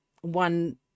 one